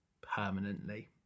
permanently